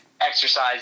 exercise